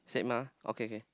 same ah okay okay